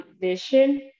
vision